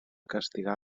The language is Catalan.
castigar